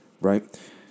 right